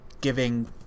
giving